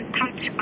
touch